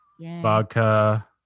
vodka